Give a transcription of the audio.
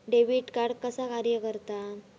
Debit card कसा कार्य करता?